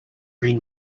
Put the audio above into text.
green